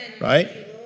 Right